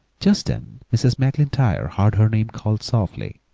just then mrs. maclntyre heard her name called softly,